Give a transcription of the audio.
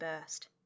burst